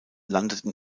landeten